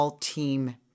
team